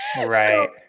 Right